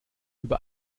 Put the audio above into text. über